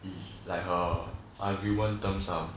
is like her argument terms ah